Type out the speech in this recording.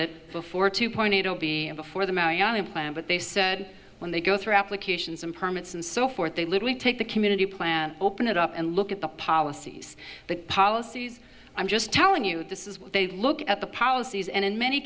it before to point b before the plan but they said when they go through applications and permits and so forth they literally take the community plan open it up and look at the policies the policies i'm just telling you this is they look at the policies and in many